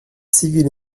civil